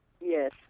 Yes